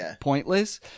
pointless